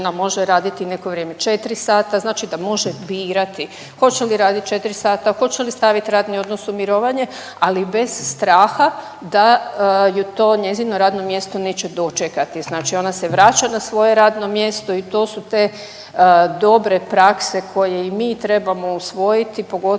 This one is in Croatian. može raditi neko vrijeme 4 sata, znači da može birati hoće li radit 4 sata, hoće li stavit radni odnos u mirovanje, ali bez straha da ju to njezino radno mjesto neće dočekati, znači ona se vraća na svoje radno mjesto i to su te dobre prakse koje i mi trebamo usvojiti, pogotovo